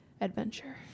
adventure